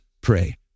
pray